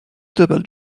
double